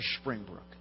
Springbrook